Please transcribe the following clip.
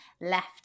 left